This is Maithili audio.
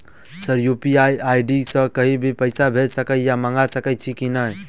सर यु.पी.आई आई.डी सँ कहि भी पैसा भेजि सकै या मंगा सकै छी की न ई?